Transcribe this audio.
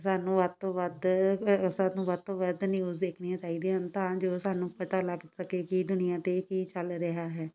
ਸਾਨੂੰ ਵੱਧ ਤੋਂ ਵੱਧ ਸਾਨੂੰ ਵੱਧ ਤੋਂ ਵੱਧ ਨਿੂਊਜ਼ ਦੇਖਣੀਆਂ ਚਾਹੀਦੀਆਂ ਹਨ ਤਾਂ ਜੋ ਸਾਨੂੰ ਪਤਾ ਲੱਗ ਸਕੇ ਕਿ ਦੁਨੀਆ 'ਤੇ ਕੀ ਚੱਲ ਰਿਹਾ ਹੈ